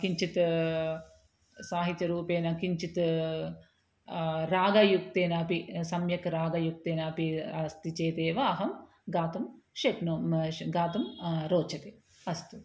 किञ्चित् साहित्यरूपेण किञ्चित् रागयुक्तेन अपि सम्यक् रागयुक्तेन अपि अस्ति चेतेव अहं गातुं शक्नोमि म श् गातुं रोचते अस्तु